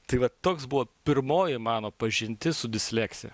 tai va toks buvo pirmoji mano pažintis su disleksija